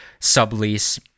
sublease